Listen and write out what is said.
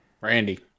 Randy